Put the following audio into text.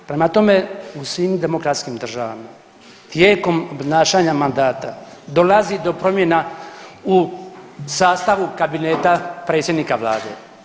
Prema tome, u svim demokratskim državama tijekom obnašanja mandata dolazi do promjena u sastavu kabineta predsjednika vlade.